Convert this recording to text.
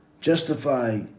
justify